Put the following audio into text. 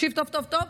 תקשיב טוב טוב טוב.